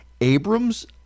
Abrams